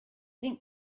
think